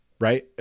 right